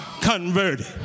converted